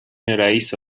رییس